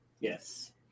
Yes